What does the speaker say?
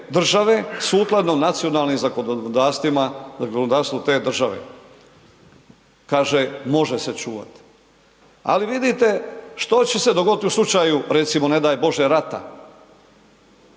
države sukladno nacionalnim zakonodavstvima, zakonodavstvu te države. Kaže može se čuvati, ali vidite što će se dogoditi u slučaju recimo ne daj Bože rata,